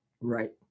Right